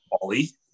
ollie